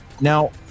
Now